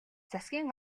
засгийн